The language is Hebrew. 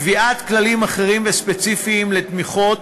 קביעת כללים אחרים וספציפיים לתמיכות